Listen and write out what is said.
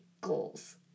goals